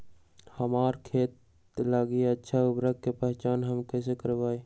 हमार खेत लागी अच्छा उर्वरक के पहचान हम कैसे करवाई?